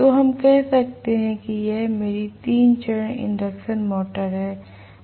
तो हम कहते हैं कि यह मेरी 3 चरण प्रेरण मोटर है